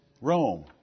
Rome